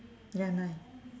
ya nine